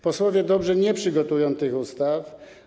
Posłowie dobrze nie przygotują tych ustaw.